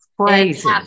crazy